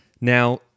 Now